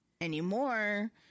anymore